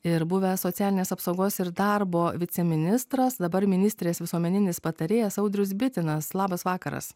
ir buvęs socialinės apsaugos ir darbo viceministras dabar ministrės visuomeninis patarėjas audrius bitinas labas vakaras